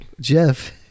Jeff